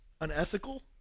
unethical